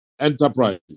enterprise